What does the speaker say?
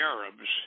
Arabs